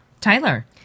Tyler